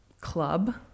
club